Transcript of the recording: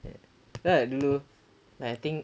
ya dulu lah I think